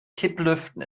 kipplüften